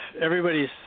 everybody's